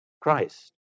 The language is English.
Christ